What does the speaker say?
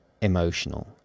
emotional